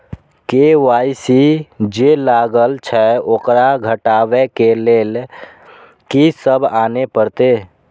KYC जे लागल छै ओकरा हटाबै के लैल की सब आने परतै?